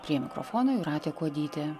prie mikrofono jūratė kuodytė